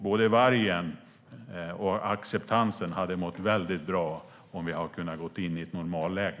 Både vargen och acceptansen hade mått bra om vi hade kunnat gå in i ett normalläge.